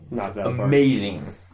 amazing